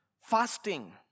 fasting